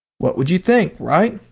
what would you think right?